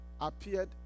appeared